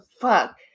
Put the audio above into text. Fuck